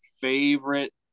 favorite